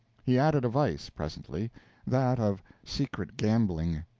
he added a vice, presently that of secret gambling.